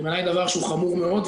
ובעיניי זה דבר שהוא חמור מאוד.